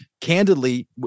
Candidly